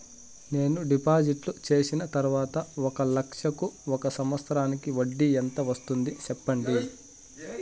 నేను డిపాజిట్లు చేసిన తర్వాత ఒక లక్ష కు ఒక సంవత్సరానికి వడ్డీ ఎంత వస్తుంది? సెప్పండి?